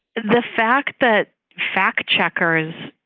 the fact that fact checkers